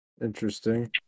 interesting